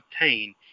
obtain